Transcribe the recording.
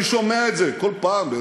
אני שומע את זה כל פעם ב,